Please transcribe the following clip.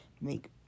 make